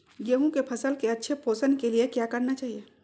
गेंहू की फसल के अच्छे पोषण के लिए क्या करना चाहिए?